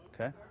okay